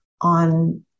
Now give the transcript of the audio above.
on